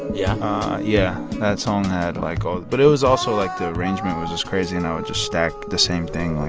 yeah yeah. that song had, like, all but it was also, like, the arrangement was just crazy, you know? it and just stacked the same thing, like,